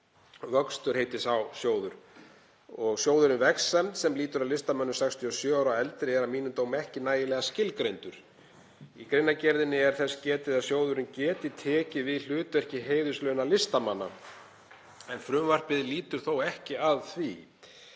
úr námi. Vöxtur heitir sá sjóður. Sjóðurinn Vegsemd sem lýtur að listamönnum 67 ára og eldri er að mínum dómi ekki nægilega skilgreindur. Í greinargerðinni er þess getið að sjóðurinn geti tekið við hlutverki heiðurslauna listamanna en frumvarpið lýtur þó ekki að því.